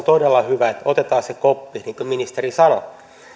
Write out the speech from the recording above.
todella hyvä että otetaan se koppi niin kuin ministeri sanoi